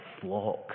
flock